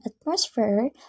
atmosphere